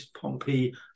Pompey